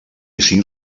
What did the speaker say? cinc